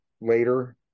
later